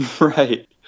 Right